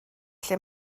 lle